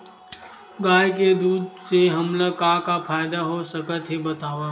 गाय के दूध से हमला का का फ़ायदा हो सकत हे बतावव?